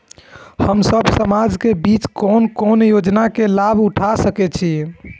हम सब समाज के बीच कोन कोन योजना के लाभ उठा सके छी?